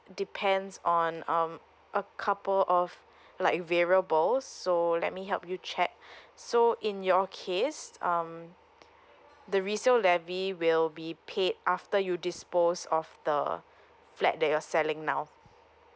depends on um a couple of like variables so let me help you check so in your case um the resale levy will be paid after you dispose of the flat that you're selling now